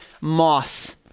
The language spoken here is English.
moss